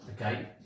Okay